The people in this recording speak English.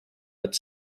but